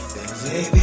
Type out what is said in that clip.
Baby